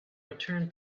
return